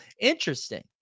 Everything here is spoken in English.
Interesting